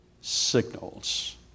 signals